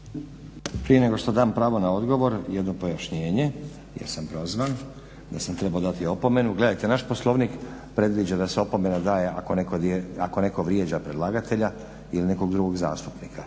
Prije nego što dam pravo na odgovor, jedno pojašnjenje jer sam prozvan da sam trebao dati opomenu. Gledajte, naš Poslovnik predviđa da se opomena daje ako netko vrijeđa predlagatelja ili nekog drugog zastupnika,